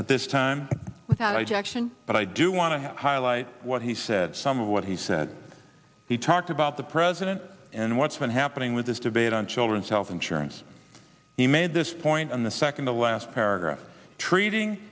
at this time but i do want to highlight what he said some of what he said he talked about the president and what's been happening with this debate on children's health insurance he made this point on the second to last paragraph treating